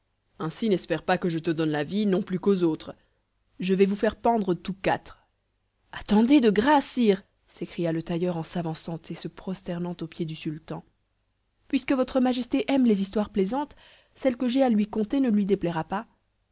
ainsi n'espère pas que je te donne la vie non plus qu'aux autres je vais vous faire pendre tous quatre attendez de grâce sire s'écria le tailleur en s'avançant et se prosternant aux pieds du sultan puisque votre majesté aime les histoires plaisantes celle que j'ai à lui conter ne lui déplaira pas